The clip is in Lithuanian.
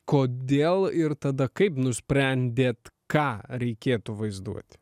kodėl ir tada kaip nusprendėt ką reikėtų vaizduoti